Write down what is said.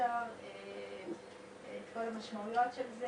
כשאפשר יהיה,